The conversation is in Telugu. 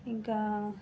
ఇంకా